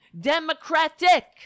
democratic